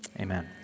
Amen